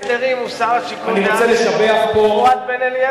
פואד בן-אליעזר.